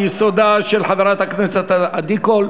מייסודה של חברת הכנסת עדי קול.